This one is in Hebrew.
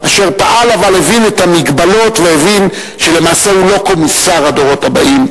אשר פעל אבל הבין את המגבלות והבין שלמעשה הוא לא קומיסר הדורות הבאים.